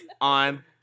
on